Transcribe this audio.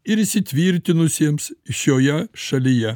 ir įsitvirtinusiems šioje šalyje